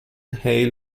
hail